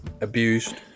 abused